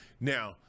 Now